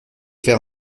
faire